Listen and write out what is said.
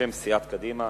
בשם סיעת קדימה.